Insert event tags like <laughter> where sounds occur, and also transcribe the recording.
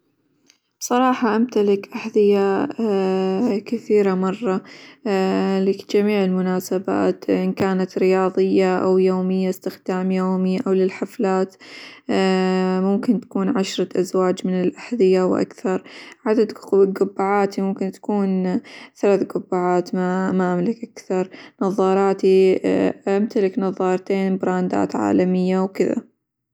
بصراحة امتلك أحذية <hesitation> كثيرة مرة <hesitation> لجميع المناسبات إن كانت رياظية، أو يومية استخدام يومي، أو للحفلات <hesitation> ممكن تكون عشرة أزواج من الأحذية وأكثر، عدد -ق- قبعاتى ممكن تكون ثلاث قبعات -ما- ما أملك أكثر، نظاراتي <> امتلك نظارتين براندات عالمية وكذا.